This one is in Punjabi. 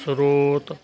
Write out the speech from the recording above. ਸਰੋਤ